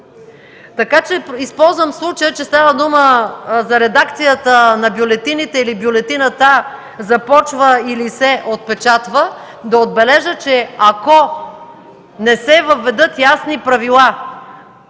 Така че използвам случая, че става дума за редакцията на бюлетините или бюлетината започва или се отпечатва, да отбележа, че ако не се въведат ясни правила